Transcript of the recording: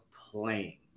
playing